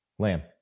Lamb